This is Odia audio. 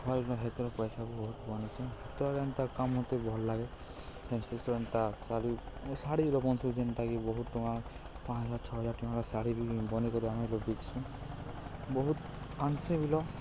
ହ ହେଥିର୍ ପଇସାକୁ ବହୁତ ବନିଚୁ ତଳେ ଏନ୍ତା କାମ ମତେ ଭଲ ଲାଗେ ଏ ସେଷ୍ଟ ଏନ୍ତା ଶାଢ଼ୀ ଶାଢ଼ୀର ଯେନ୍ତାକି ବହୁତ ଟଙ୍କା ପାଞ୍ଚ ହଜାର ଛଅହଜାର ଟଙ୍କାରା ଶାଢ଼ୀ ବି ବନେଇ କରିରି ଆମେ ଲ ବିକ୍ସୁ ବହୁତ ଆନ୍ସି ବିଲ